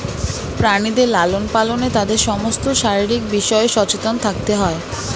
প্রাণীদের লালন পালনে তাদের সমস্ত শারীরিক বিষয়ে সচেতন থাকতে হয়